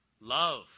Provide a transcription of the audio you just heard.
love